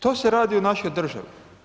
To se radi u našoj državi.